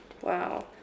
wow